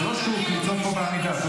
זה לא בידיים שלך.